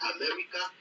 America